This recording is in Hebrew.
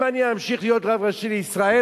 אם אני אמשיך להיות רב ראשי לישראל,